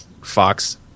Fox